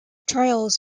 trials